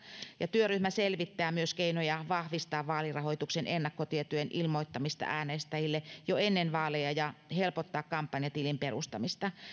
työryhmä selvittää myös keinoja vahvistaa vaalirahoituksen ennakkotietojen ilmoittamista äänestäjille jo ennen vaaleja ja helpottaa kampanjatilin perustamista